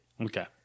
Okay